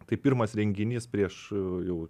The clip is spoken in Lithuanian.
tai pirmas renginys prieš jau